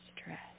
stress